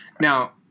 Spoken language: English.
Now